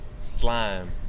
slime